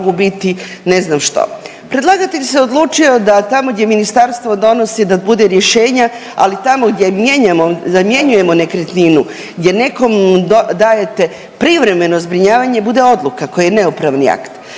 Predlagatelj se odlučio da tamo gdje ministarstvo donosi da bude rješenja, ali tamo gdje mijenjamo, zamjenjujemo nekretninu, gdje nekom dajete privremeno zbrinjavanje, bude odluka koja je neupravni akt.